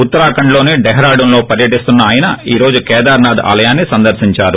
ఉత్తరాఖండ్లోని డెహ్రాడూన్లో పర్వటిస్తున్న ఆయన ఈ రోజు కేదార్నాధ్ ఆలయాన్ని సందర్పించారు